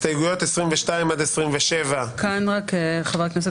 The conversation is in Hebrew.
הסתייגויות שיותאמו לחברי הכנסת